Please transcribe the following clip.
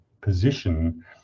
position